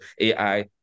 AI